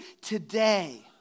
today